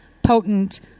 potent